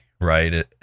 right